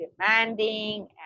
demanding